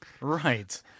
Right